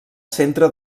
centre